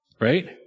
right